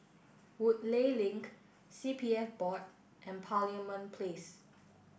Woodleigh Link C P F Board and Parliament Place